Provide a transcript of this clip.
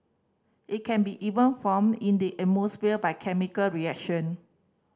it can be even formed in the by chemical reaction